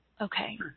Okay